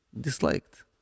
disliked